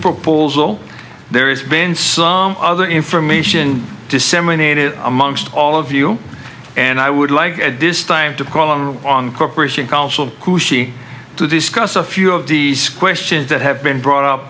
proposal there has been some other information disseminated amongst all of you and i would like at this time to call them on corporation counsel who she to discuss a few of these questions that have been brought up